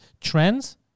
trends